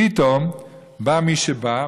פתאום בא מי שבא,